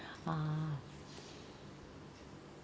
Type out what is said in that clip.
ah